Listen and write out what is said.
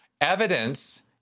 Evidence